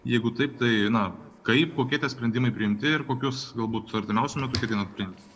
jeigu taip tai na kaip kokie tie sprendimai priimti ir kokius galbūt artimiausiu metu ketinat priimti